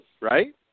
Right